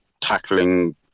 tackling